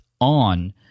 on